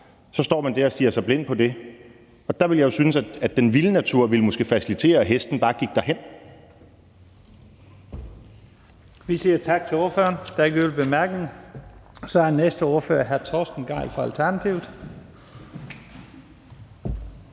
så står man der og stirrer sig blind på det. Der ville jeg jo synes, at den vilde natur måske ville facilitere, at hesten bare gik derhen.